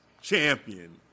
champion